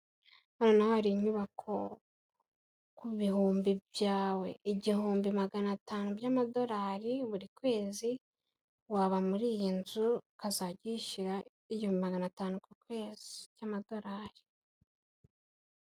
Hano naho hari inyubako ku bihumbi byawe igihumbi magana atanu by'amadorari buri kwezi. Waba muri iyi nzu ukazajya uyishyura igihumbi magana atanu ku kwezi cy'amadorari.